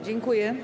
Dziękuję.